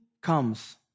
comes